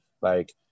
like-